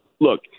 look